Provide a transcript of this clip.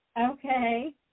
Okay